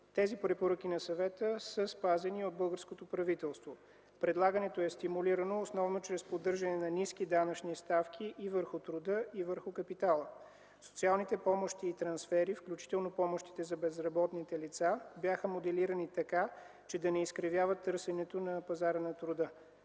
Тези препоръки на Съвета са спазени от българското правителство. Предлагането е стимулирано основно чрез поддържане на ниски данъчни ставки върху труда и върху капитала. Социалните помощи и трансфери, включително помощите за безработните лица, бяха моделирани така, че да не изкривяват търсенето на пазара на труда.